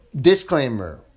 disclaimer